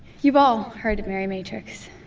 you've all heard of mary matrix.